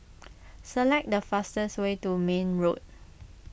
select the fastest way to Mayne Road